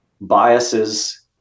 biases